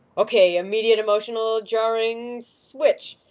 okay, immediate emotional jarring switch!